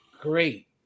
great